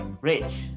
Rich